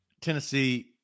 Tennessee